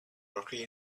rocky